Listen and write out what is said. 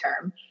term